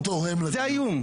זה איום.